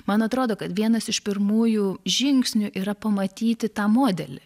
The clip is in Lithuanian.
man atrodo kad vienas iš pirmųjų žingsnių yra pamatyti tą modelį